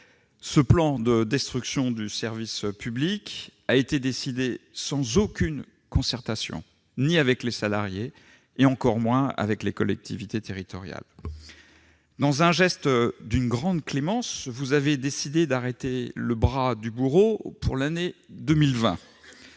Ce plan de destruction du service public a été décidé sans aucune concertation avec les salariés et encore moins avec les collectivités territoriales. Dans un geste d'une grande clémence, vous avez décidé d'arrêter le bras du bourreau pour l'année 2020.